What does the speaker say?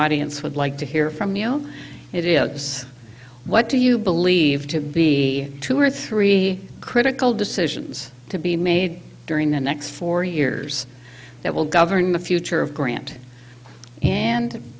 audience would like to hear from me on it is what do you believe to be two or three critical decisions to be made during the next four years that will govern the future of grant and